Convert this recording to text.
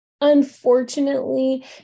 Unfortunately